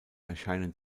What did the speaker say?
erscheinen